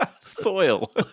Soil